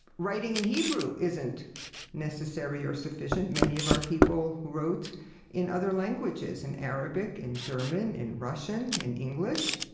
writing in hebrew isn't necessary or sufficient. many of our people wrote in other languages, in arabic, in german, in russian, in english.